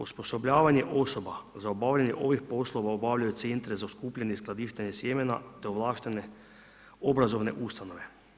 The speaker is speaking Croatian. Osposobljavanje osoba za obavljanje ovih poslova obavljaju centri za skupljanje i skladištenje sjemena, te ovlaštene obrazovne ustanove.